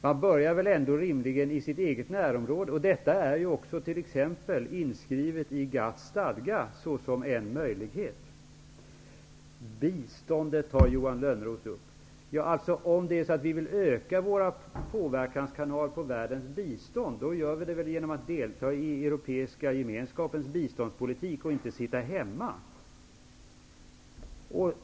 Man börjar väl ändå rimligen i sitt eget närområde. Detta är också t.ex. inskrivet i GATT:s stadga som en möjlighet. Johan Lönnroth tar upp frågan om biståndet. Om vi vill öka antalet påverkanskanaler på världens bistånd gör vi det bäst genom att delta i Europeiska gemenskapens biståndspolitik och inte genom att sitta hemma.